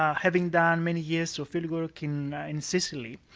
um having done many years of field work in in sicily.